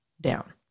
down